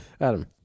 Adam